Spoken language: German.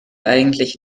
eigentlich